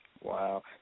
Wow